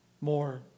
more